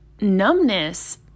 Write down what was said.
numbness